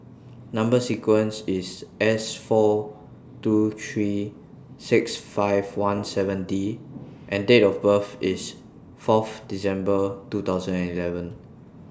Number sequence IS S four two three six five one seven D and Date of birth IS forth December two thousand and eleven